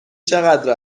چقدر